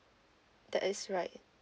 that is right